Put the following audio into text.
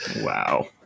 Wow